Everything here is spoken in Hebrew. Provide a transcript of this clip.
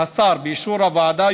באישור הוועדה,